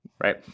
Right